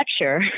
lecture